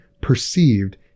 perceived